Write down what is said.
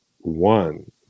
one